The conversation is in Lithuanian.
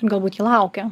galbūt jų laukia